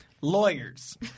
lawyers